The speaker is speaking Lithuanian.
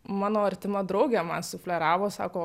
mano artima draugė man sufleravo sako